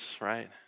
right